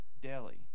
daily